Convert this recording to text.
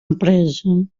empresa